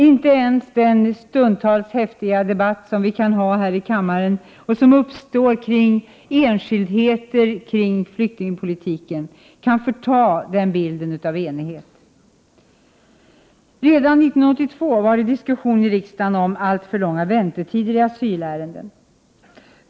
Inte ens den stundtals häftiga debatt som kan föras här i kammaren och som uppstår kring enskildheter i flyktingpolitiken och i flyktingmottagandet kan förta den bilden av enighet. Redan 1982 var det diskussion i riksdagen om de alltför långa väntetiderna i asylärenden.